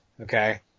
Okay